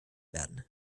werden